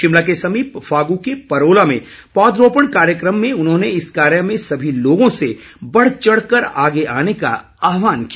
शिमला के समीप फागू के परोला में पौधरोपण कार्यक्रम में उन्होंने इस कार्य में सभी लोगों से बढ चढ कर आगे आने का आहवान किया